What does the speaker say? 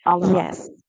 Yes